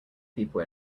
people